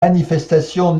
manifestations